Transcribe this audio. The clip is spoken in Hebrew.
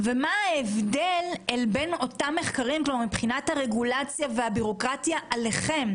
ומה ההבדל מבחינת הרגולציה והבירוקרטיה לגביכם,